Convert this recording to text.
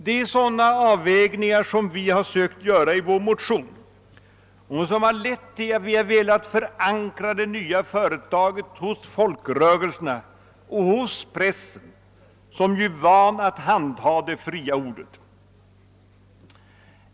Det är sådana avväganden som vi har sökt göra i vår motion och som har lett till att vi har velat förankra det nya företaget hos folkrörelserna och hos pressen som ju är van att handha det fria ordet.